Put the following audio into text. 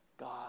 God